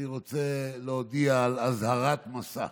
אני רוצה להודיע על אזהרת מסע.